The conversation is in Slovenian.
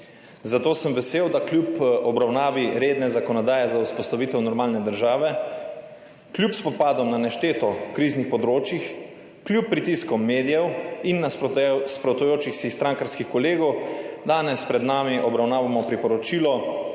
Zato sem vesel, da kljub obravnavi redne zakonodaje za vzpostavitev normalne države, kljub spopadom na nešteto kriznih področjih, kljub pritiskom medijev in nasprotujočih si strankarskih kolegov, danes pred nami obravnavamo priporočilo